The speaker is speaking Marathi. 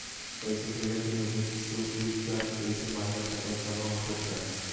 पैसे ठेवल्याची मुदत सोपली काय पैसे माझ्या खात्यात जमा होतात काय?